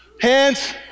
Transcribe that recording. Hands